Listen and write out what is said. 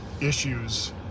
issues